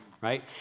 right